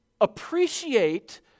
appreciate